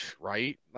Right